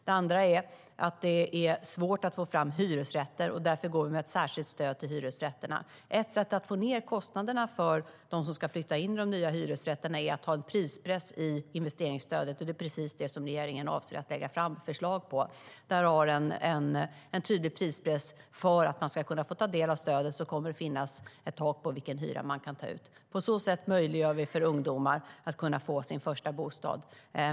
Det andra är att det är svårt att få fram hyresrätter. Därför ger vi ett särskilt stöd till hyresrätterna. Ett sätt att få ned kostnaderna för dem som ska flytta in i de nya hyresrätterna är att ha en prispress i investeringsstödet. Det är precis det som regeringen avser att lägga fram förslag på. Där har vi en tydlig prispress: För att man ska få ta del av stödet kommer det att finnas ett tak för vilken hyra man kan ta ut. På så sätt möjliggör vi för ungdomar att få sin första bostad.